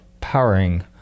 powering